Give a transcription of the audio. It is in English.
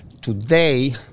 today